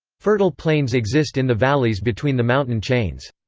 fertile plains exist in the valleys between the mountain chains.